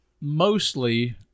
mostly